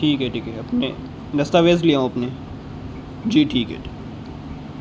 ٹھیک ہے ٹھیک ہے اپنے دستاویز لے آؤں اپنے جی ٹھیک ہے ٹھیک ہے